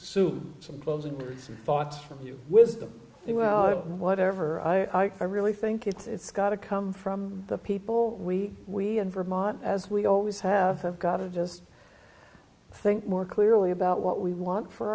soon some closing thoughts from you wisdom well whatever i can really think it's got to come from the people we we in vermont as we always have got to just i think more clearly about what we want for